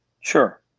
Sure